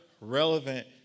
relevant